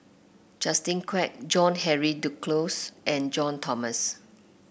Justin Quek John Henry Duclos and John Thomson